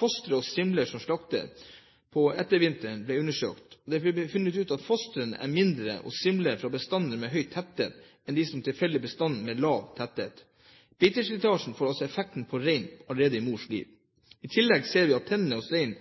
Fostre hos simler som slaktes på ettervinteren ble undersøkt, og det ble funnet at fostrene er mindre hos simler fra bestander med høy tetthet enn hva som er tilfelle for bestandene med lav tetthet. Beiteslitasje får altså effekter på reinen allerede i mors liv. – I tillegg ser vi at tennene hos rein